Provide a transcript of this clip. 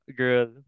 girl